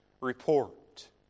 report